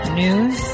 news